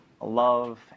love